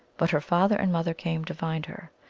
but her father and mother came to find her.